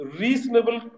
reasonable